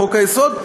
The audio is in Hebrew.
חוק-היסוד,